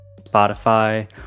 Spotify